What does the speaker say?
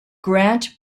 grant